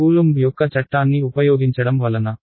coulomb యొక్క చట్టాన్ని ఉపయోగించడం వలన ∇